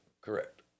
Correct